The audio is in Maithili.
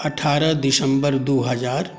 अठारह दिसम्बर दुइ हजार